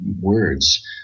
words